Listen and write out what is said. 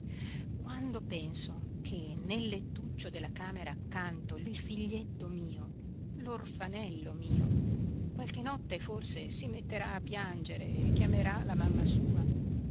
quando penso che nel lettuccio della camera accanto il figlietto mio l'orfanello mio qualche notte forse si metterà a piangere e chiamerà la mamma sua